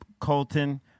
colton